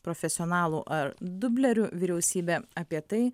profesionalų ar dublerių vyriausybė apie tai